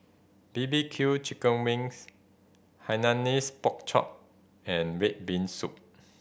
B B Q chicken wings Hainanese Pork Chop and red bean soup